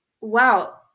wow